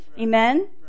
Amen